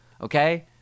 okay